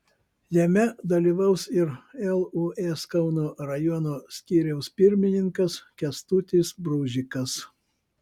jame dalyvaus ir lūs kauno rajono skyriaus pirmininkas kęstutis bružikas